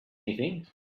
anything